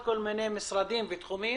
המשרדים.